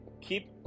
keep